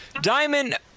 Diamond